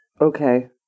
Okay